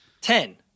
Ten